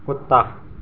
कुत्ता